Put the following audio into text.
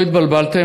לא התבלבלתם,